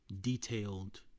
detailed